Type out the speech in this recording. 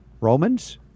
Romans